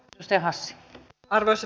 arvoisa puhemies